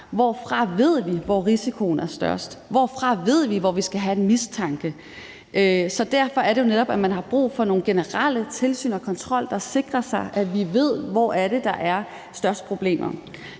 Hvorfra ved vi, hvor risikoen er størst? Hvorfra ved vi, hvor vi skal have en mistanke? Derfor er det jo netop, at man har brug for nogle generelle tilsyn og kontroller, der sikrer, at vi ved, hvor det er, der er de største problemer.